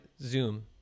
Zoom